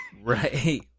Right